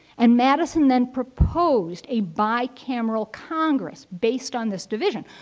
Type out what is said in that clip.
and madison then proposed a bicameral congress based on this division.